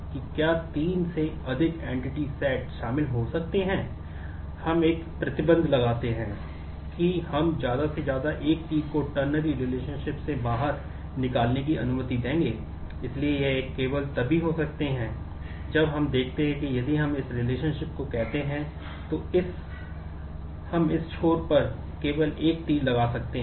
अब ternary relationship को कहते हैं तो हम इस छोर पर केवल एक तीर लगा सकते हैं